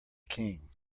king